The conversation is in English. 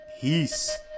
Peace